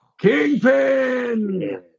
Kingpin